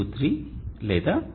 23 లేదా 1